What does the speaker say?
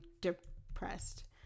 depressed